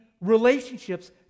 relationships